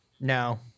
No